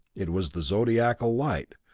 it was the zodiacal light,